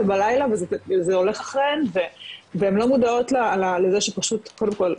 בלילה וזה הולך אחריהן והן לא מודעות לזה שזה פשוט קודם כל,